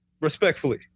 respectfully